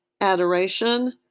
adoration